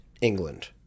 England